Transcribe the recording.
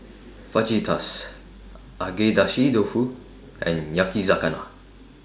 Fajitas Agedashi Dofu and Yakizakana